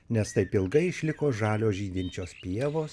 nes taip ilgai išliko žalios žydinčios pievos